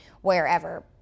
wherever